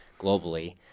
globally